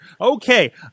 Okay